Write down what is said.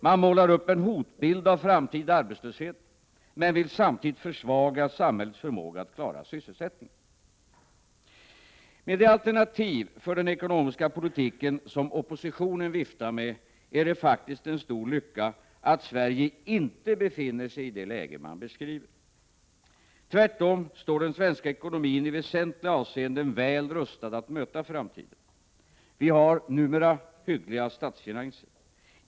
Man målar upp en hotbild av framtida arbetslöshet — men vill samtidigt försvaga samhällets förmåga att klara sysselsättningen. Med de alternativ för den ekonomiska politiken som oppositionen viftar med, är det faktiskt en stor lycka att Sverige inte befinner sig i det läge man beskriver. Tvärtom står den svenska ekonomin i väsentliga avseenden väl rustad att möta framtiden. Vi har — numera — hyggliga statsfinanser.